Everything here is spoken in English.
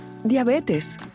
Diabetes